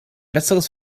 besseres